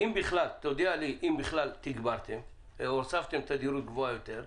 תודיע לי אם בכלל תגברתם או הוספתם תדירות גבוהה יותר,